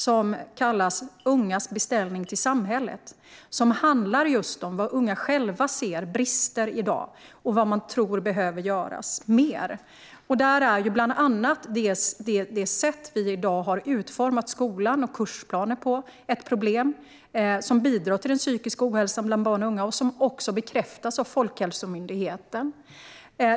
Arbetet kallas Ungas beställning till samhället och handlar just om var unga själva ser brister i dag och vad de tror behöver göras. Bland annat säger man att det sätt vi i dag har utformat skolan och kursplaner på är ett problem som bidrar till den psykiska ohälsan bland barn och unga, vilket också bekräftas av Folkhälsomyndigheten.